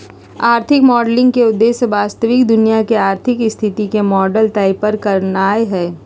आर्थिक मॉडलिंग के उद्देश्य वास्तविक दुनिया के आर्थिक स्थिति के मॉडल तइयार करनाइ हइ